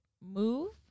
move